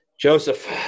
Joseph